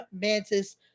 mantis